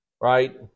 right